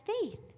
faith